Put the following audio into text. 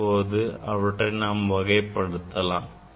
இப்போது அவற்றை நாம் வகைப்படுத்தலாம்